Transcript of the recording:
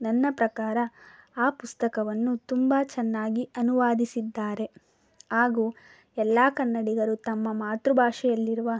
ನನ್ನ ಪ್ರಕಾರ ಆ ಪುಸ್ತಕವನ್ನು ತುಂಬ ಚೆನ್ನಾಗಿ ಅನುವಾದಿಸಿದ್ದಾರೆ ಹಾಗು ಎಲ್ಲ ಕನ್ನಡಿಗರು ತಮ್ಮ ಮಾತೃಭಾಷೆಯಲ್ಲಿರುವ